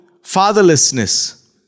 fatherlessness